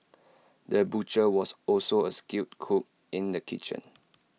the butcher was also A skilled cook in the kitchen